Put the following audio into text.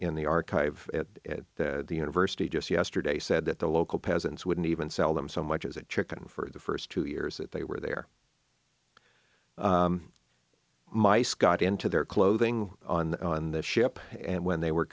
in the archive at the university just yesterday said that the local peasants wouldn't even sell them so much as a chicken for the first two years that they were there mice got into their clothing on on the ship and when they were